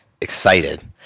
excited